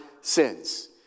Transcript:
sins